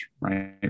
right